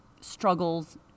struggles